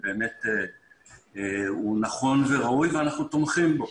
ובאמת הוא נכון וראוי ואנחנו תומכים בו.